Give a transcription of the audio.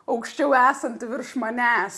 aukščiau esantį virš manęs